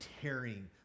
tearing